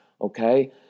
okay